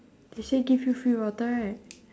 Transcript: they say give you free water right